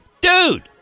dude